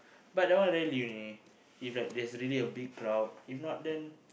but that one really if like there's really a big crowd if not then